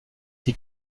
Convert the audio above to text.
qui